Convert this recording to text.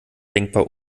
denkbar